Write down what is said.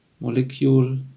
molecule